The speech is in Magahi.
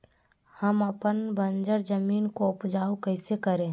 हम अपन बंजर जमीन को उपजाउ कैसे करे?